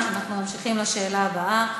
אנחנו ממשיכים לשאלה הבאה.